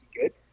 good